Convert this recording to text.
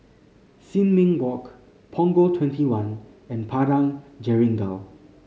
Sin Ming Walk Punggol Twenty one and Padang Jeringau